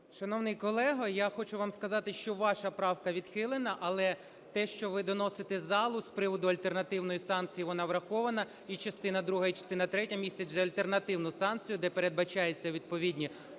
Шановний колего, я хочу вам сказати, що ваша правка відхилена, але те, що ви доносите залу з приводу альтернативної санкції, вона врахована. І частина друга, і частина третя містять вже альтернативну санкцію, де передбачаються відповідні